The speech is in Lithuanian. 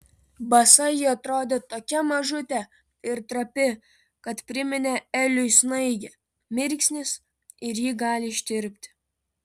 basa ji atrodė tokia mažutė ir trapi kad priminė eliui snaigę mirksnis ir ji gali ištirpti